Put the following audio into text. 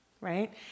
right